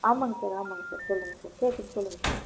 ஆமாம்ங்க சார் ஆமாம்ங்க சார் சொல்லுங்கள் சார் கேட்குது சொல்லுங்கள் சார்